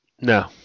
No